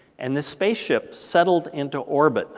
and this spaceship settled into orbit